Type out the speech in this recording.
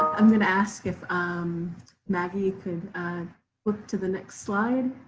i'm going to ask if um maggie could flip to the next slide.